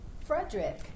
Frederick